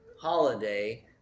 holiday